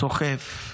סוחף,